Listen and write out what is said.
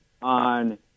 on